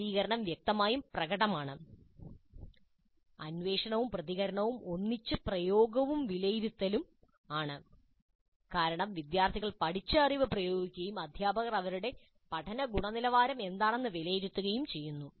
വിശദീകരണം വ്യക്തമായും പ്രകടമാണ് അന്വേഷണവും പ്രതികരണവും ഒന്നിച്ച് പ്രയോഗവും വിലയിരുത്തലും ആണ് കാരണം വിദ്യാർത്ഥികൾ പഠിച്ച അറിവ് പ്രയോഗിക്കുകയും അധ്യാപകർ അവരുടെ പഠനത്തിന്റെ ഗുണനിലവാരം എന്താണെന്ന് വിലയിരുത്തുകയും ചെയ്യുന്നു